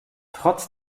trotz